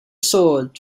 sword